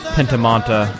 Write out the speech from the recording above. Pentamonta